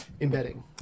embedding